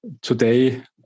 Today